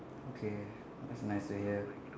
okay that's nice to hear